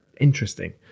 interesting